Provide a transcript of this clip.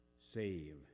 save